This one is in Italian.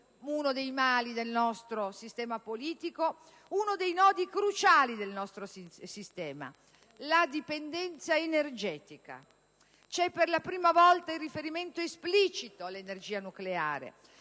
(uno dei mali del nostro sistema politico), uno dei nodi cruciali del nostro sistema: la dipendenza energetica. C'è per la prima volta il riferimento esplicito all'energia nucleare